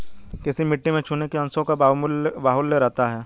किस मिट्टी में चूने के अंशों का बाहुल्य रहता है?